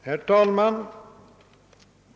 Herr talman!